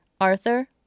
Arthur